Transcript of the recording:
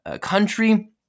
country